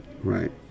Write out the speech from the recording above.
right